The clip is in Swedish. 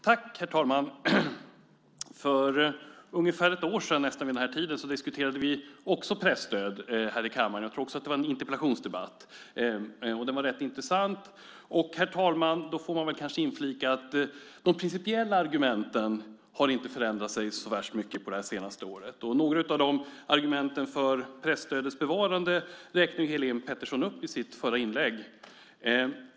Herr talman! För ungefär ett år sedan - nästan vid den här tiden - diskuterade vi också presstödet här i kammaren. Jag tror att det också då var en interpellationsdebatt. Debatten var rätt intressant. Man får kanske, herr talman, inflika att de principiella argumenten inte har förändrats så värst mycket under det senaste året. Några av argumenten för presstödets bevarande räknade Helene Petersson i Stockaryd upp i sitt inlägg.